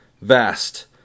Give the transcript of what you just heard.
Vast